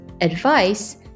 advice